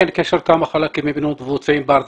אין קשר כמה חלקים מבוצעים בארץ,